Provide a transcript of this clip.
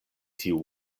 tiu